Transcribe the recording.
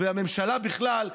והממשלה בכלל,